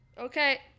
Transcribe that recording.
Okay